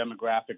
demographic